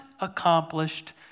accomplished